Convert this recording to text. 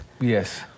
Yes